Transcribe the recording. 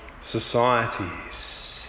societies